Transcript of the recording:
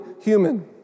human